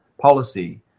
policy